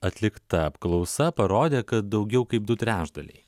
atlikta apklausa parodė kad daugiau kaip du trečdaliai